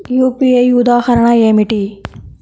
UPI ఉదాహరణ ఏమిటి?